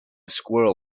squirrel